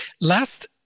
last